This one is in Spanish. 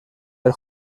del